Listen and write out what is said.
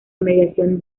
mediación